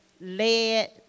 led